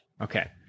Okay